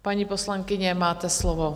Paní poslankyně, máte slovo.